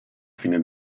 fine